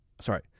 sorry